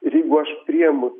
ir jeigu aš priemu